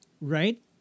Right